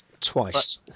Twice